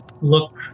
look